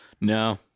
No